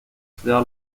estudiaba